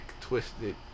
Twisted